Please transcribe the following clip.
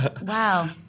Wow